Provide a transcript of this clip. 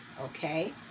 Okay